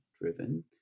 driven